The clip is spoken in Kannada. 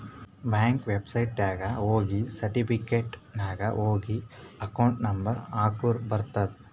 ಬ್ಯಾಂಕ್ ವೆಬ್ಸೈಟ್ನಾಗ ಹೋಗಿ ಸರ್ಟಿಫಿಕೇಟ್ ನಾಗ್ ಹೋಗಿ ಅಕೌಂಟ್ ನಂಬರ್ ಹಾಕುರ ಬರ್ತುದ್